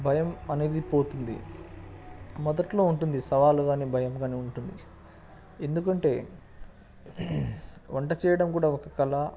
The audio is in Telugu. భయం అనేది పోతుంది మొదట్లో ఉంటుంది సవాలు కానీ భయం కానీ ఎందుకంటే వంట చేయడం కూడా ఒక కళ